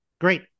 Great